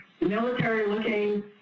military-looking